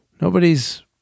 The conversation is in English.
Nobody's